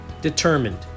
determined